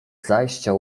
zajścia